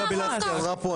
שנה אחר כך.